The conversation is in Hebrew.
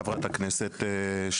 יחד עם חברת הכנסת או נציג של הוועדה,